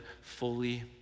fully